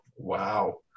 Wow